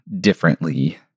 differently